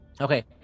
Okay